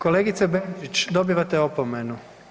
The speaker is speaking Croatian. Kolegice Benčić dobivate opomenu.